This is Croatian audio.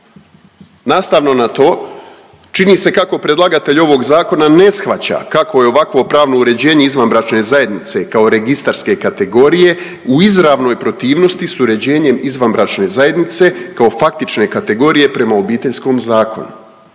Nastavno na to čini se kako predlagatelj ovog zakona ne shvaća kako je ovakvo pravno uređenje izvanbračne zajednice kao registarske kategorije u izravnoj protivnosti s uređenjem izvanbračne zajednice kao faktične kategorije prema Obiteljskom zakonu